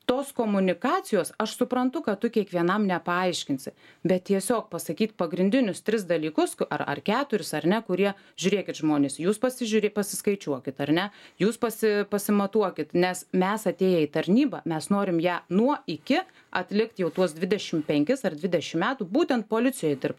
tos komunikacijos aš suprantu kad tu kiekvienam nepaaiškinsi bet tiesiog pasakyt pagrindinius tris dalykus k ar ar keturis ar ne kurie žiūrėkit žmonės jus pasižiūri pasiskaičiuokit ar ne jūs pasi pasimatuokit nes mes atėję į tarnybą mes norim ją nuo iki atlikt jau tuos dvidešim penkis ar dvidešim metų būtent policijoj dirb